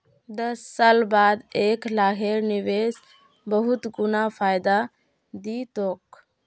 दस साल बाद एक लाखेर निवेश बहुत गुना फायदा दी तोक